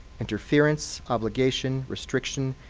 interference, obligation, restriction,